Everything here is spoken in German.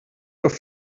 auf